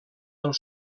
del